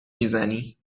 میزنی